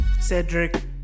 Cedric